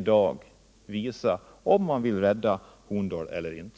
dag direkt visa om man vill rädda Horndal eller inte.